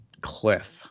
cliff